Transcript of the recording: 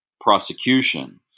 prosecution